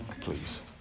please